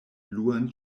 bluan